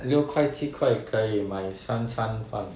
六块七块可以买三餐饭